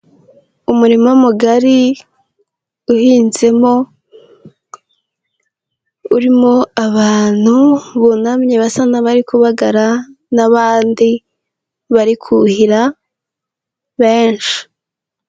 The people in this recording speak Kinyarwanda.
Umurima mugari uhinzemo, urimo abantu bunamye basa n'abari kubagara, n'abandi bari kuhira benshi.